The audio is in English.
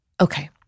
Okay